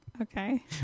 Okay